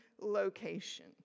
location